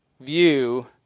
view